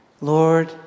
Lord